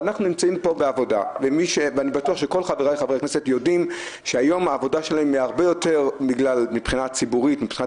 אני בטוח שכולם יודעים שמבחינה ציבורית ומבחינת